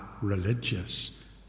religious